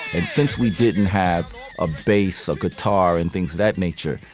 and since we didn't have a bass guitar and things of that nature,